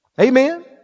Amen